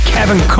Kevin